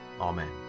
Amen